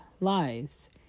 Lies